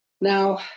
Now